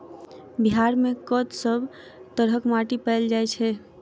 बिहार मे कऽ सब तरहक माटि पैल जाय छै?